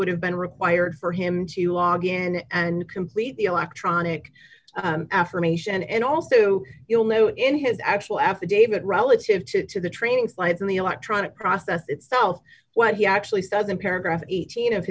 would have been required for him to log in and complete the electronic affirmation and also you'll know in his actual affidavit relative to the training slightly electronic process itself what he actually said in paragraph eighteen of